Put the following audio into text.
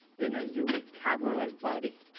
in a unique cameral ah body